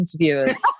interviewers